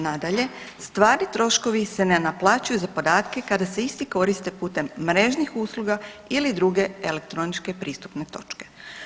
Nadalje, stvarni troškovi se ne naplaćuju za podatke kada se isti koriste putem mrežnih usluga ili druge elektroničke pristupne točke.